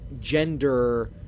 gender